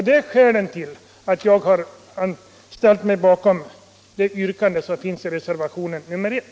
Det är skälen till att jag ställer mig bakom yrkandet i reservationen 1.